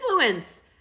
influence